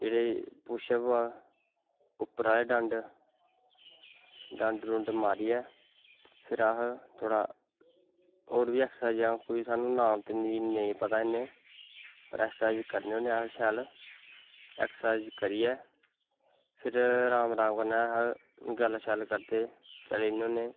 जेह्ड़े पुशअप उप्पर आह्ले डंड डंडं डुड मारियै फिर अस थोह्ड़ा होर बी ऐक्सर्साईज़ नाम ते नेंई पता इन्ने पर ऐक्सर्साईज़ करियै फिर राम राम कन्नै अस गल्ल शल्ल करदे चली जन्ने होने